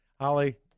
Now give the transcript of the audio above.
Holly